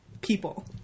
People